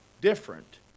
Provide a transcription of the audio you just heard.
different